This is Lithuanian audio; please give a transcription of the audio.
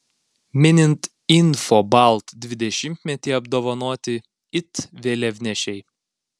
minint infobalt dvidešimtmetį apdovanoti it vėliavnešiai